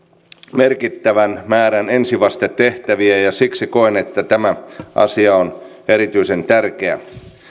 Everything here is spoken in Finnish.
merkittävän määrän ensivastetehtäviä ja ja siksi koen että tämä asia on erityisen tärkeä